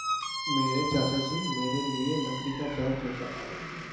मेरे चाचा जी मेरे लिए लकड़ी का बैट लेकर आए